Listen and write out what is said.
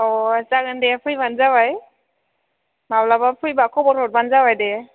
अ जागोनदे फैबानो जाबाय माब्लाबा फैबा खबर हरबानो जाबाय दे